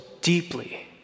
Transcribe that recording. deeply